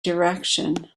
direction